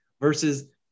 versus